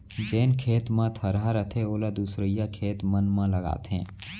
जेन खेत म थरहा रथे ओला दूसरइया खेत मन म लगाथें